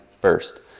first